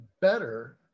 better